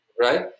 Right